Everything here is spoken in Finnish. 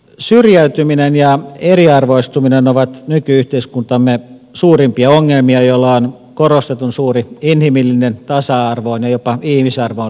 syrjäytyminen ja eriarvoistuminen ovat nyky yhteiskuntamme suurimpia ongelmia joilla on korostetun suuri inhimillinen tasa arvoon ja jopa ihmisarvoon liittyvä kytkentä